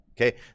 Okay